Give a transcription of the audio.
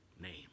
name